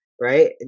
Right